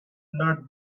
not